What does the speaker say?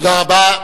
תודה רבה.